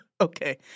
Okay